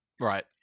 Right